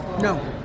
no